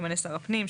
שימנה שר הפנים,